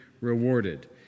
rewarded